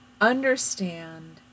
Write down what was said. understand